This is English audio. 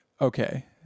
okay